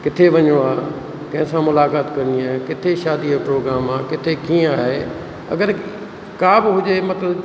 किथे वञिणो आहे कंहिंसा मुलाक़ात करिणी आहे किथे शादीअ जो प्रोग्राम आहे किथे कीअं आहे अगरि का बि हुजे मतिलबु